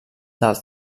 del